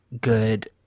good